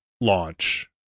launch